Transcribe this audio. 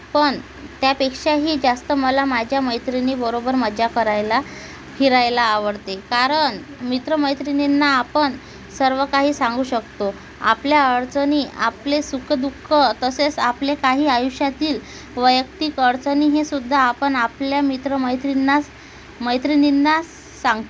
पण त्यापेक्षाही जास्त मला माझ्या मैत्रिणीबरोबर मजा करायला फिरायला आवडते कारण मित्रमैत्रिणींना आपण सर्व काही सांगू शकतो आपल्या अडचणी आपले सुखदुःख तसेच आपले काही आयुष्यातील वैयक्तिक अडचणीही सुद्धा आपण आपल्या मित्रमैत्रीणींनाच मैत्रिणींनाच सांगतो